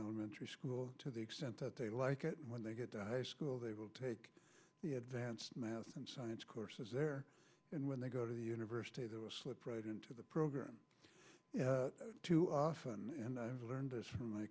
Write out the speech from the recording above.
no mentor school to the extent that they like it when they get to high school they will take the advanced math and science courses there and when they go to the university they were slip right into the program too often and i learned this from my